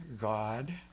God